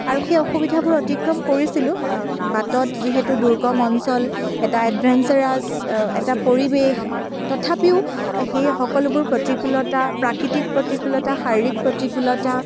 আৰু সেই অসুবিধাবোৰ অতিক্ৰম কৰিছিলোঁ বাটত যিহেতু দুৰ্গম অঞ্চল এটা এদভেঞ্জেৰাচ এটা পৰিৱেশ তথাপিও সেই সকলোবোৰ প্ৰতিকূলতা প্ৰাকৃতিক প্ৰতিকূলতা শাৰীৰিক প্ৰতিকূলতা